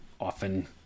often